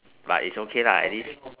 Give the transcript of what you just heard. but it's okay lah at least